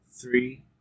three